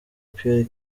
pierre